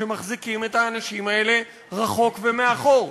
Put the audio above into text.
שמחזיקים את האנשים האלה רחוק ומאחור.